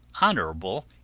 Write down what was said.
honorable